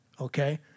Okay